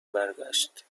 برگشت